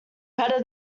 better